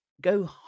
go